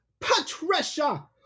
Patricia